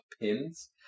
pins